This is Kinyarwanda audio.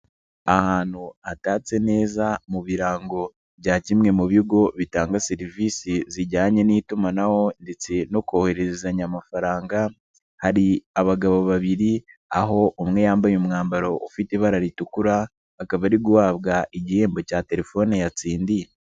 Ahantu hatatse neza mu birango bya kimwe mu bigo bitanga serivisi zijyanye n'itumanaho ndetse no kohererezanya amafaranga, hari abagabo babiri, aho umwe yambaye umwambaro ufite ibara ritukura, akaba ari guhabwa igihembo cya telefone yatsindiye.